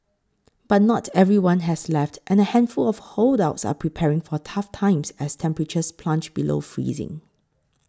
but not everyone has left and a handful of holdouts are preparing for tough times as temperatures plunge below freezing